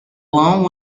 along